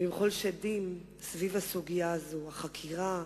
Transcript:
במחול שדים סביב הסוגיה הזו, החקירה,